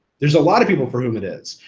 there's a lot of people for whom it is.